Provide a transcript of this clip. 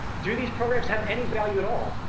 do these programs have any value at all?